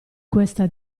questa